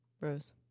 Rose